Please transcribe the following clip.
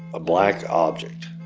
a black object.